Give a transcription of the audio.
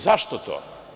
Zašto to?